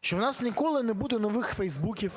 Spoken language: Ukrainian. що в нас ніколи не буде нових "фейсбуків",